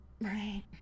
Right